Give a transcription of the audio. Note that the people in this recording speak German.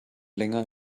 länger